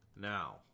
Now